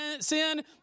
sin